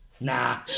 Nah